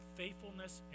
faithfulness